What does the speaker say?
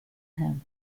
him